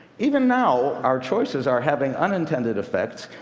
even now, our choices are having unintended effects.